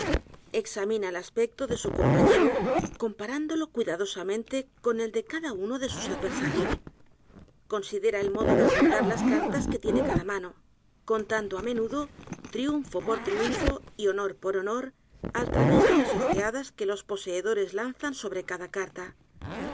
examina el aspecto de su compañero comparándolo cuidadosamente con el de cada uno de sus adversarios considera el modo de juntar las cartas que tiene cada m a n o contando á menudo triunfo por triunfo y honor por honor al través de las ojeadas que los poseedores lanzan sobre cada carta